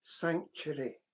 sanctuary